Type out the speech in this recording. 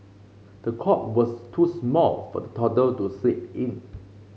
the cot was too small for the toddler to sleep in